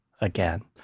again